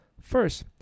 First